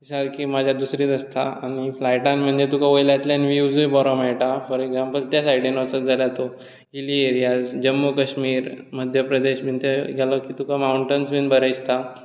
ही सारकी मज्जा दुसरीच आसता आनी फ्लायटान तुका वयल्यान विव्ज बी बरो मेळटा फॉर एग्जाम्पल ते सायडीन वचत जाल्यार तूं हिली एरियाज जम्मू कश्मीर मध्य प्रदेश बी ते गेलो की तूं तुका मांवटेन्स बी बरे दिसता